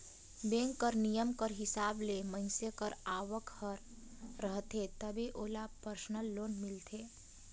bank कर नियम कर हिसाब ले मइनसे कर आवक हर रहथे तबे ओला परसनल लोन मिलथे